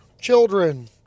children